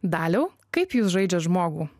daliau kaip jūs žaidžiat žmogų